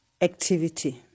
activity